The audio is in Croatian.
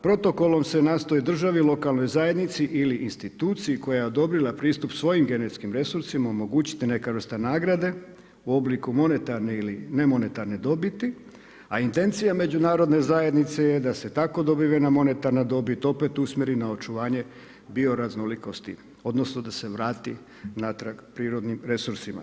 Protokolom se nastoji državi, lokalnoj zajednici ili instituciji koja je odobrila pristup svojim genetskim resursima omogućiti neka vrsta nagrade u obliku monetarne ili nemonetarne dobiti, a intencija Međunarodne zajednice je da se tako dobivena monetarna dobit opet usmjeri na očuvanje bioraznolikosti, odnosno da se vrati natrag prirodnim resursima.